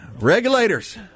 Regulators